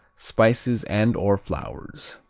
spices and or flowers.